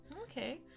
Okay